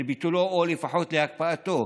לביטולו או לפחות להקפאתו.